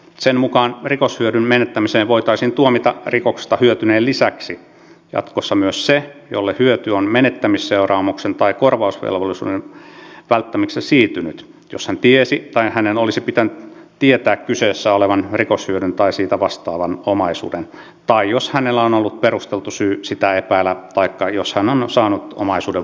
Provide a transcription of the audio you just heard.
sen mukaan rikoshyödyn menettämiseen voitaisiin tuomita rikoksesta hyötyneen lisäksi jatkossa myös se jolle hyöty on menettämisseuraamuksen tai korvausvelvollisuuden välttämiseksi siirtynyt jos hän tiesi tai hänen olisi pitänyt tietää kyseessä olevan rikoshyödyn tai sitä vastaavan omaisuuden tai jos hänellä on ollut perusteltu syy sitä epäillä taikka jos hän on saanut omaisuuden vastikkeetta